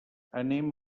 anem